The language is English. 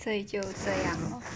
所以就这样 lor